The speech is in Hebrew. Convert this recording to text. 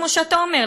כמו שאתה אומר,